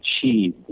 achieve